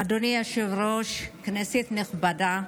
אדוני היושב-ראש, כנסת נכבדה,